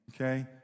Okay